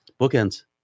Bookends